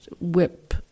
whip